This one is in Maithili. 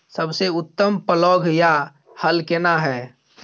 सबसे उत्तम पलौघ या हल केना हय?